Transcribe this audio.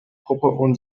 proprement